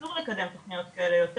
אסור לקדם תוכניות כאלה יותר